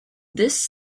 this